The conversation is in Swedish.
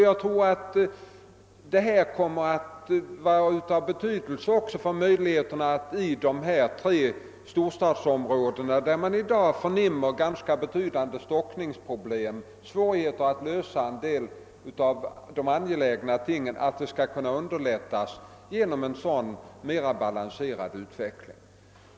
Jag tror att detta kommer att vara av betydelse också för möjligheterna att i de tre storstadsområdena, där man i dag förnimmer ganska betydande stockningsproblem och har svårigheter att lösa en del av de angelägna frågorna, få till stånd en mera balanserad utveckling.